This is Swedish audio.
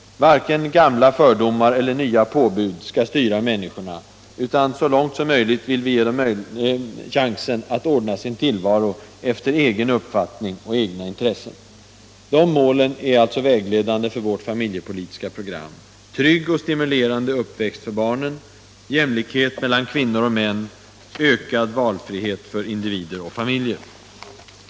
Varken gamla fördomar eller nya påbud skall styra människorna, utan så långt som möjligt vill vi ge dem chansen att ordna sin tillvaro efter egen uppfattning och egna intressen. De målen är vägledande för vårt familjepolitiska program: trygg och stimulerande uppväxt för barnen, jämställdhet mellan kvinnor och män, ökad valfrihet för individer och familjer.